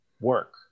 work